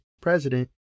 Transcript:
President